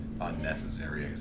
unnecessary